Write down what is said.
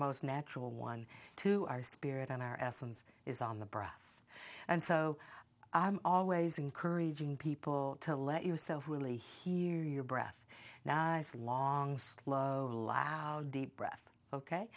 most natural one to our spirit and our essence is on the breath and so i'm always encouraging people to let yourself really hear your breath now eyes long deep breath ok